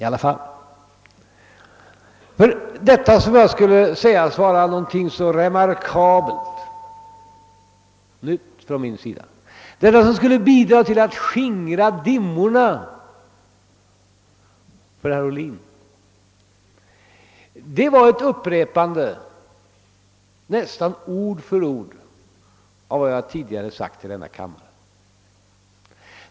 Det som från min sida skulle vara så remarkabelt, det som skulle bidra till att skingra dimmorna för herr Ohlin, det var ett upprepande, nästan ord för ord, av vad jag tidigare sagt i denna kammare.